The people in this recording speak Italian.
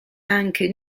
anche